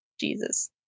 Jesus